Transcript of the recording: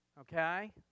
Okay